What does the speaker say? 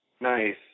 Nice